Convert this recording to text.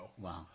Wow